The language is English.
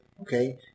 Okay